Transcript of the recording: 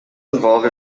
involved